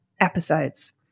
episodes